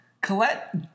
Colette